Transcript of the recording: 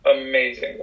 amazing